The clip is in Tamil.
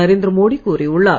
நரேந்திர மோடி கூறியுள்ளார்